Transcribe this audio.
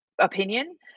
opinion